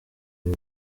uyu